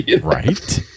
Right